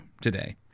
today